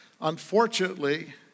Unfortunately